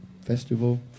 festival